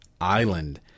Island